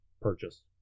purchase